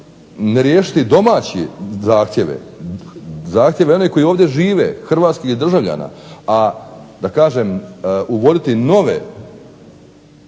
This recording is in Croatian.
ne riješiti domaće zahtjeve, zahtjeve onih koji ovdje žive, hrvatskih državljana, a da kažem uvoditi nove